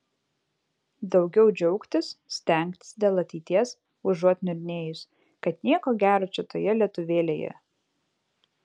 daugiau džiaugtis stengtis dėl ateities užuot niurnėjus kad nieko gero čia toje lietuvėlėje